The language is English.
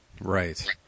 right